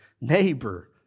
neighbor